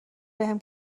بهم